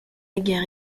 guerre